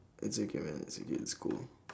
it's okay man it's okay it's cool